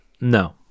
no